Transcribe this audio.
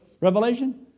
Revelation